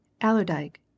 Allerdyke